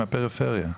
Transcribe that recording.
מהפריפריה.